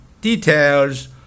details